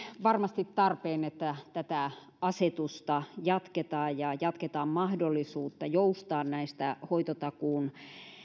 varmasti tarpeen että tätä asetusta jatketaan ja jatketaan mahdollisuutta joustaa näistä hoitotakuun